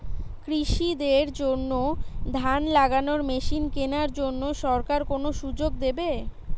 কৃষি দের জন্য ধান লাগানোর মেশিন কেনার জন্য সরকার কোন সুযোগ দেবে?